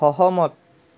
সহমত